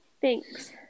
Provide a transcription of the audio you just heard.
Thanks